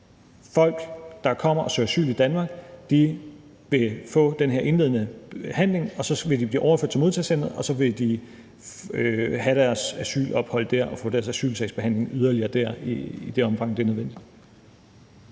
folk, der kommer og søger asyl i Danmark, vil få den her indledende behandling, og så vil de blive overført til modtagecenteret, og så vil de have deres asylophold dér og få deres yderligere asylsagsbehandling dér i det omfang, det er nødvendigt.